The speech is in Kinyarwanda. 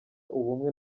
ubumwe